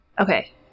Okay